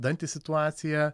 dantį situacija